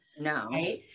No